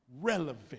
relevant